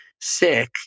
sick